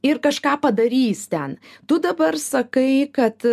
ir kažką padarys ten tu dabar sakai kad